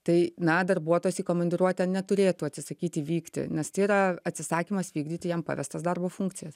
tai na darbuotojas į komandiruotę neturėtų atsisakyti vykti nes tai yra atsisakymas vykdyti jam pavestas darbo funkcijas